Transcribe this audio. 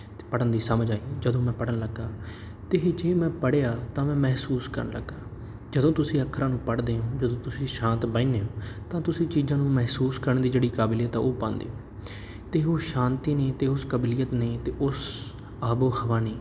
ਅਤੇ ਪੜ੍ਹਨ ਦੀ ਸਮਝ ਆਈ ਜਦੋਂ ਮੈਂ ਪੜ੍ਹਨ ਲੱਗਾ ਅਤੇ ਜੇ ਮੈਂ ਪੜ੍ਹਿਆ ਤਾਂ ਮੈਂ ਮਹਿਸੂਸ ਕਰਨ ਲੱਗਾ ਜਦੋਂ ਤੁਸੀਂ ਅੱਖਰਾਂ ਨੂੰ ਪੜ੍ਹਦੇ ਹੋ ਜਦੋਂ ਤੁਸੀਂ ਸ਼ਾਂਤ ਬਹਿੰਦੇ ਹੋ ਤਾਂ ਤੁਸੀਂ ਚੀਜ਼ਾਂ ਨੂੰ ਮਹਿਸੂਸ ਕਰਨ ਦੀ ਜਿਹੜੀ ਕਾਬਲੀਅਤ ਹੈ ਉਹ ਪਾਉਂਦੇ ਹੋ ਅਤੇ ਉਹ ਸ਼ਾਂਤੀ ਨੇ ਅਤੇ ਉਸ ਕਾਬਲੀਅਤ ਨੇ ਅਤੇ ਉਸ ਆਬੋ ਹਵਾ ਨੇ